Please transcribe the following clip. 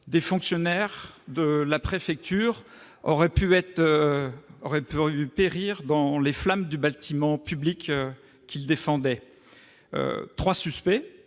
des fonctionnaires auraient pu périr dans les flammes du bâtiment public qu'ils défendaient ! Trois suspects